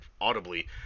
audibly